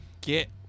get